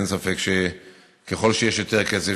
אין ספק שככל שיש יותר כסף,